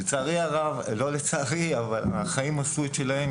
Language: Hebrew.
לצערי הרב לא לצערי, אבל החיים עשו את שלהם.